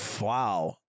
Wow